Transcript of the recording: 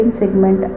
segment